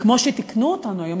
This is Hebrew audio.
וכמו שתיקנו אותנו היום,